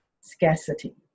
scarcity